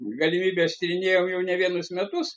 galimybes tyrinėjom jau ne vienus metus